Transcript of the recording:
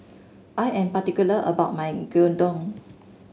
I am particular about my Gyudon